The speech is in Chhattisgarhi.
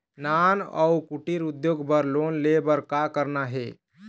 नान अउ कुटीर उद्योग बर लोन ले बर का करना हे?